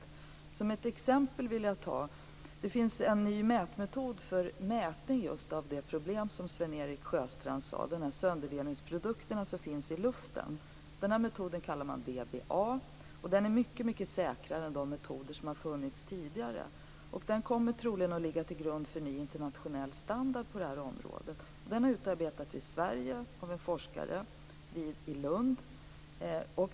Jag vill ta ett exempel. Det finns en ny mätmetod för mätning av just det problem som Sven-Erik Sjöstrand talade om, dvs. sönderdelningsprodukterna som finns i luften. Denna metod kallar man DBA. Den är mycket säkrare än de metoder som har funnits tidigare. Den kommer troligen att ligga till grund för ny internationell standard på det här området. Den metoden utarbetades i Sverige av en forskare i Lund.